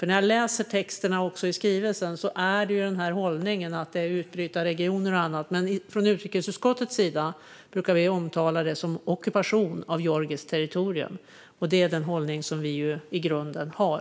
När jag läser texterna och skrivelsen ser jag att hållningen är att det är utbrytarregioner och annat, men från utrikesutskottets sida brukar vi omtala det som ockupation av georgiskt territorium. Det är den hållning vi i grunden har.